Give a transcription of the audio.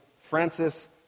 Francis